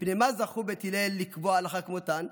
מפני מה זכו בית הלל לקבוע הלכה כמותן?